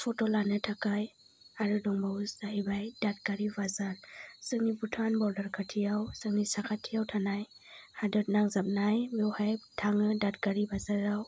फट' लानो थाखाय आरो दंबावो जाहैबाय दागगारि बाजार जोंनि भुटान बरदार खाथिआव जोंनि साखाथियाव हादर नांजाबनाय बेवहाय थाङो दादगारि बाजाराव